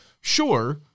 sure